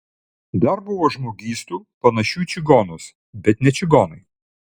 dar buvo žmogystų panašių į čigonus bet ne čigonai